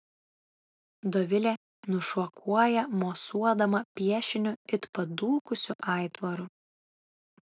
dovilė nušokuoja mosuodama piešiniu it padūkusiu aitvaru